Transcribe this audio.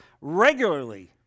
regularly